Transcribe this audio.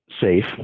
safe